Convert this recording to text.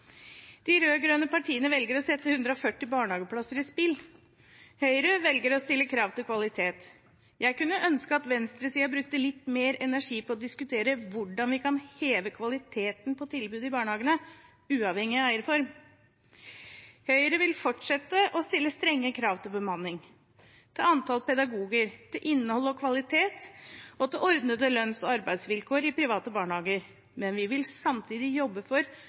De rød-grønne partiene velger å sette 140 000 barnehageplasser i spill. Høyre velger å stille krav til kvalitet. Jeg kunne ønske at venstresiden brukte litt mer energi på å diskutere hvordan vi kan heve kvaliteten på tilbudet i barnehagene, uavhengig av eierform. Høyre vil fortsette å stille strenge krav til bemanning, antall pedagoger, innhold, kvalitet og ordnede lønns- og arbeidsvilkår i private barnehager – og vi vil samtidig jobbe for